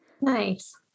Nice